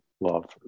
love